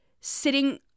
sitting